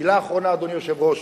מלה אחרונה, אדוני היושב-ראש: